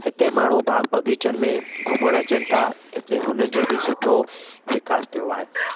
हिते माण्हू बाग़ु बग़ीचनि में घुमणु अचनि था हिते हुननि जो बि सुठो विकास थियो आहे